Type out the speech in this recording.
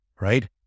right